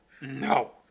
No